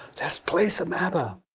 let's play some abba.